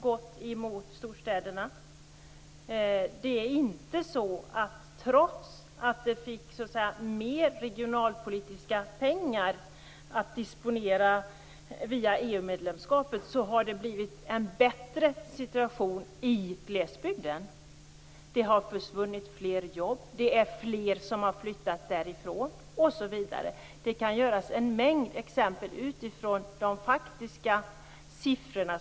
Situationen har inte blivit bättre i glesbygden trots att man fått disponera mer regionalpolitiska pengar via EU medlemskapet. Det har försvunnit fler jobb. Fler har flyttat därifrån, osv. Jag kan ge en mängd exempel som visar på detta utifrån de faktiska siffrorna.